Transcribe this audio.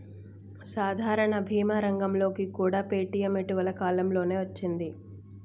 సాధారణ భీమా రంగంలోకి కూడా పేటీఎం ఇటీవల కాలంలోనే వచ్చింది